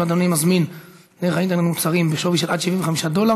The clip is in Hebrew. אם אדוני מזמין דרך האינטרנט מוצרים בשווי של עד 75 דולר